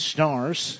Stars